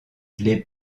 les